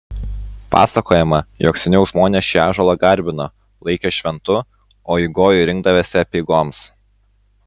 pasakojama jog seniau žmonės šį ąžuolą garbino laikė šventu o į gojų rinkdavęsi apeigoms